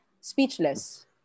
speechless